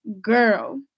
girl